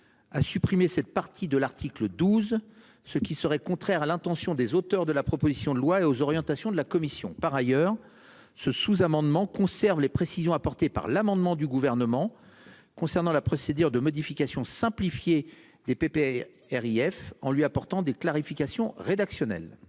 à supprimer cette partie de l'article 12. Ce qui serait contraire à l'intention des auteurs de la proposition de loi et aux orientations de la Commission par ailleurs ce sous-amendement conserve les précisions apportées par l'amendement du gouvernement. Concernant la procédure de modification simplifiée des pépés R. I. F en lui apportant des clarifications rédactionnelle.